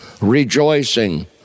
rejoicing